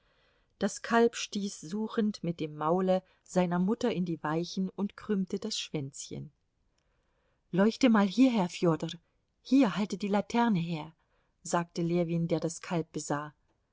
das kalb stieß suchend mit dem maule seine mutter in die weichen und krümmte das schwänzchen leuchte mal hierher fjodor hier halte die laterne her sagte ljewin der das kalb besah